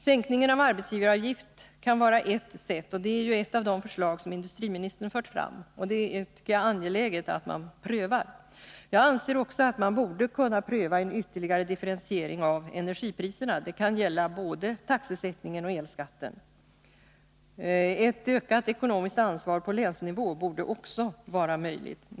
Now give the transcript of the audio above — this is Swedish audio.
Sänkningen av arbetsgivaravgiften kan vara ett sätt — och det är ju ett av de förslag som industriministern har fört fram — som jag tycker det är angeläget att man prövar. Jag anser att man också borde kunna pröva ytterligare differentiering av energipriserna. Det kan gälla både taxesättningen och elskatten. Ett ökat ekonomiskt ansvar på länsnivå borde också vara möjligt.